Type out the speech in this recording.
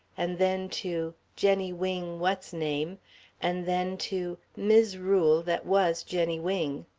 and then to jenny wing what's-name, and then to mis' rule that was jenny wing.